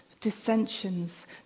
dissensions